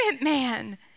man